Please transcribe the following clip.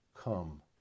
Come